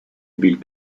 bill